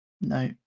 No